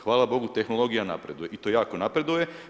Hvala Bogu, tehnologija napreduje i to jako napreduje.